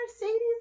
Mercedes